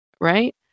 right